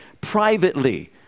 privately